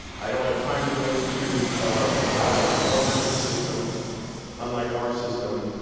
i don't have time to go into how in a parliamentary system unlike our system,